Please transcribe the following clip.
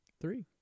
Three